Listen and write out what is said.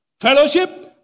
Fellowship